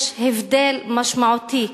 יש הבדל משמעותי.